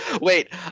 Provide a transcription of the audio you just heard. Wait